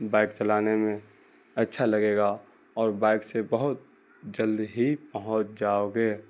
bike چلانے میں اچھا لگے گا اور بائک سے بہت جلد ہی پہنچ جاؤ گے